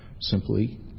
simply